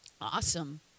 awesome